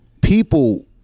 people